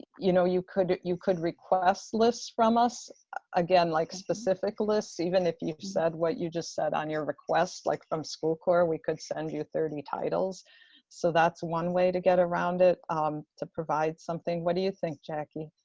you know you could you could request lists from us again like specific lists even if you've said what you just said on your request like from school corps, we could send you thirty titles so that's one way to get around it to provide something. what do you think jackie?